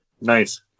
Nice